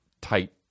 tight